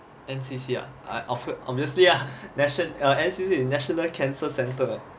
N_C_C ah obviously ah N_C_C is national cancer centre eh